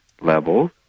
levels